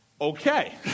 Okay